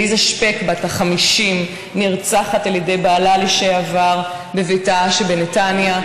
עליזה שפק בת ה-50 נרצחת על ידי בעלה לשעבר בביתה שבנתניה,